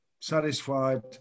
satisfied